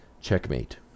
Checkmate